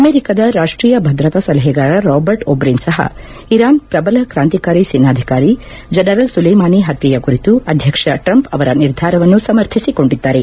ಅಮೆರಿಕದ ರಾಷ್ಟೀಯ ಭದ್ರತಾ ಸಲಹೆಗಾರ ರಾಬರ್ಟ್ ಓಟ್ರೇನ್ ಸಹ ಇರಾನ್ ಪ್ರಬಲ ಕ್ರಾಂತಿಕಾರಿ ಸೇನಾಧಿಕಾರಿ ಜನರಲ್ ಸುಲೇಮಾನಿ ಹತ್ಯೆ ಕುರಿತು ಅಧ್ಯಕ್ಷ ಟ್ರಂಪ್ ಅವರ ನಿರ್ಧಾರವನ್ನು ಸಮರ್ಥಿಸಿಕೊಂಡಿದ್ದಾರೆ